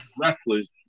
wrestlers